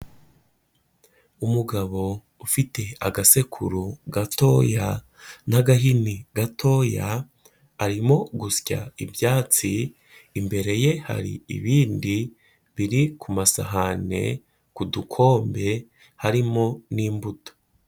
Umugabo ufite agasekuru gatoya n'agahini gatoya, arimo gusya ibyatsi, imbere ye hari ibindi biri ku masahani, ku dukombe harimo n'imbuto.